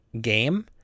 game